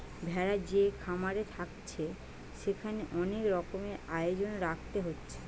ভেড়া যে খামারে থাকছে সেখানে অনেক রকমের আয়োজন রাখতে হচ্ছে